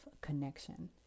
connection